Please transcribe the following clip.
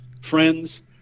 friends